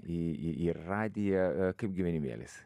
į į į radiją kaip gyvenimėlis